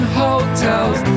hotels